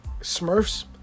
Smurfs